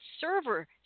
server